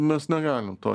mes negalim to